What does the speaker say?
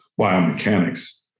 biomechanics